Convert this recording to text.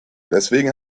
deswegen